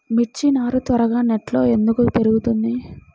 మిర్చి నారు త్వరగా నెట్లో ఎందుకు పెరుగుతుంది?